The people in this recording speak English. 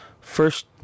first